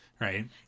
Right